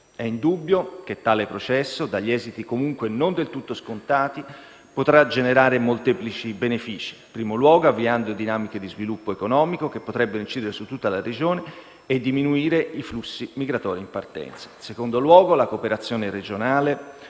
È indubbio che tale processo, dagli esiti comunque non del tutto scontati, potrà generare molteplici benefici, in primo luogo avviando dinamiche di sviluppo economico che potrebbero incidere su tutta la regione e diminuire i flussi migratori in partenza. In secondo luogo, la collaborazione regionale